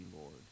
Lord